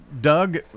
Doug